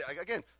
again